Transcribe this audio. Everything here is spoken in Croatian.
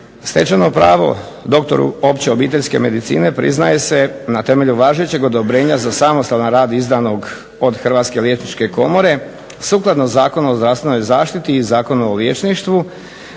Stečeno pravo doktoru opće obiteljske medicine priznaje se na temelju važećeg odobrenja za samostalan rad izdanog od Hrvatske liječničke komore sukladno Zakonu o zdravstvenoj zaštiti i Zakona o lječništvu,